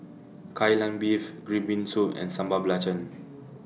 Kai Lan Beef Green Bean Soup and Sambal Belacan